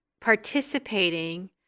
participating